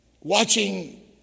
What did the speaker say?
watching